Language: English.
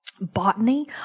Botany